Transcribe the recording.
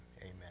Amen